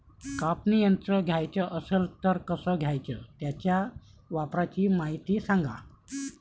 कापनी यंत्र घ्याचं असन त कस घ्याव? त्याच्या वापराची मायती सांगा